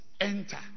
enter